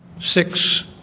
Six